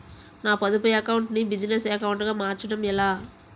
నా పొదుపు అకౌంట్ నీ బిజినెస్ అకౌంట్ గా మార్చడం ఎలా?